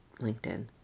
LinkedIn